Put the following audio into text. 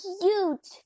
cute